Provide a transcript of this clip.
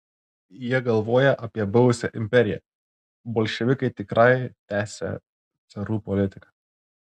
jie galvoja apie buvusią imperiją bolševikai tikrai tęsią carų politiką